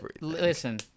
listen